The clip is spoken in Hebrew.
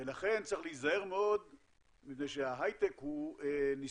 ולכן צריך להיזהר מאוד מפני שההייטק נסמך